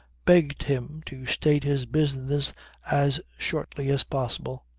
begged him to state his business as shortly as possible.